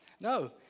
No